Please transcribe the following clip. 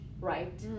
Right